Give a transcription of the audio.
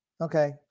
okay